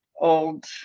old